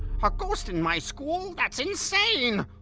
a ghost in my school? that's insane!